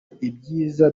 ibyiza